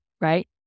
Right